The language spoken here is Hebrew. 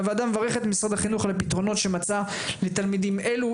הוועדה מברכת את משרד החינוך על הפתרונות שמצא לילדים אלו.